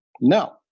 no